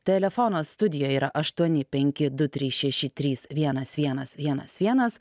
telefonas studijoj yra aštuoni penki du trys šeši trys vienas vienas vienas vienas